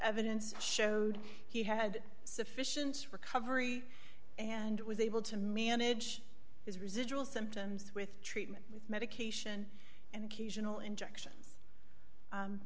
evidence showed he had sufficient recovery and was able to me an age is residual symptoms with treatment medication and occasional injections